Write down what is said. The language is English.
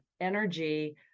energy